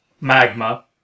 magma